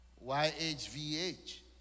Y-H-V-H